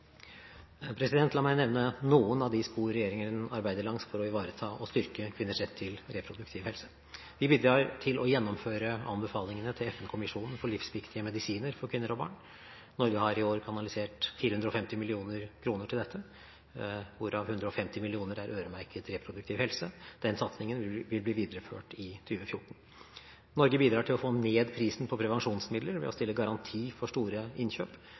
La meg nevne noen av de spor regjeringen arbeider langs for å ivareta og styrke kvinners rett til reproduktiv helse. Vi bidrar til å gjennomføre anbefalingene til FNs kommisjon for livsviktige medisiner til kvinner og barn. Norge har i år kanalisert 450 mill. kr til dette, hvorav 150 mill. kr er øremerket reproduktiv helse, og den satsningen vil bli videreført i 2014. Norge bidrar til å få ned prisen på prevensjonsmidler ved å stille garanti for store innkjøp,